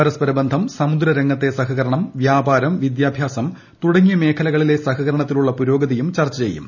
പരസ്പര ബന്ധം സമുദ്ര രംഗത്തെ സഹകരണം വ്യാപാരം വിദ്യാഭ്യാസം തുടങ്ങിയ മേഖലകളിലെ സഹകരണത്തിലുള്ള പുരോഗതിയും ചർച്ച ചെയ്യും